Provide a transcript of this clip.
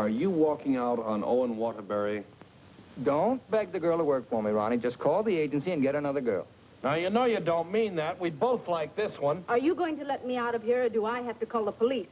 are you walking out on all in waterbury don't back the girl or work for me ronnie just call the agency and get another girl now you know you don't mean that we both like this one are you going to let me out of here do i have to call the police